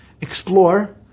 explore